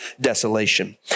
desolation